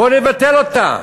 בוא נבטל אותה.